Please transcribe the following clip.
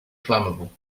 flammable